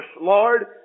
Lord